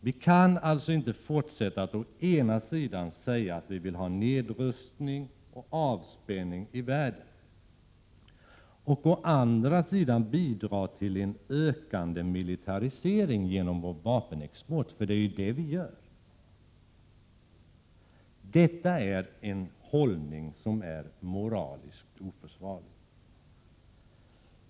Vi kan inte fortsätta att å ena sidan säga att vi vill ha nedrustning och avspänning i världen och å andra sidan bidra till en ökande militarisering genom vår vapenexport — det är ju vad vi gör. Denna hållning är moraliskt oförsvarlig.